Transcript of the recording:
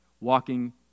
walking